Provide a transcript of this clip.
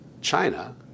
China